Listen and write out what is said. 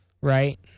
right